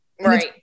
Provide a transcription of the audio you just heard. Right